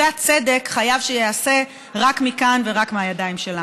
הצדק חייב שייעשה רק מכאן ורק מהידיים שלנו.